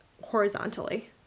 horizontally